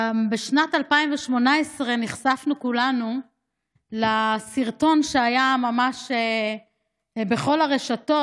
בשנת 2018 נחשפנו כולנו לסרטון שהיה ממש בכל הרשתות,